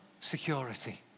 security